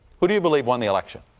who do you believe won the election?